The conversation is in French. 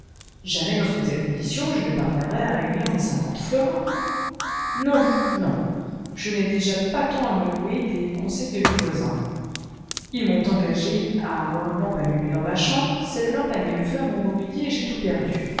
jamais dans une belle condition je ne parviendrais à réunir mes cinquante florins non non je nai déjà pas tant à me louer des conseils de mes voisins ils m'ont engagé à avoir une lampe allumée dans ma chambre cette lampe a mis le feu à mon mobilier et j'ai tout perdu